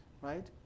right